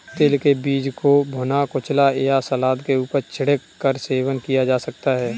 तिल के बीज को भुना, कुचला या सलाद के ऊपर छिड़क कर सेवन किया जा सकता है